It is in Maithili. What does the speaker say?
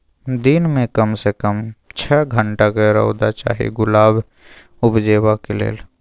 दिन मे कम सँ कम छअ घंटाक रौद चाही गुलाब उपजेबाक लेल